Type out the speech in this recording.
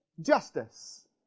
justice